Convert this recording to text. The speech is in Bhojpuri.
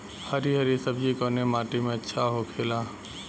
हरी हरी सब्जी कवने माटी में अच्छा होखेला?